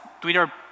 Twitter